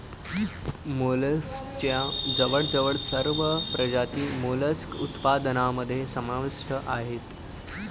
मोलस्कच्या जवळजवळ सर्व प्रजाती मोलस्क उत्पादनामध्ये समाविष्ट आहेत